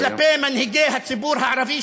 כלפי מנהיגי הציבור הערבי,